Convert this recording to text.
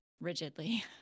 rigidly